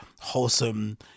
wholesome